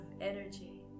energy